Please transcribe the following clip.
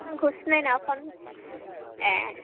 आंखौ सिनायना फन ए